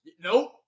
Nope